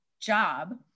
job